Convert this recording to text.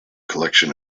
collection